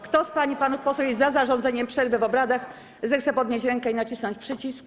Kto z pań i panów posłów jest za zarządzeniem przerwy w obradach, zechce podnieść rękę i nacisnąć przycisk.